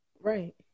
Right